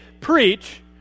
preach